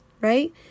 right